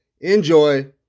Enjoy